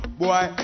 boy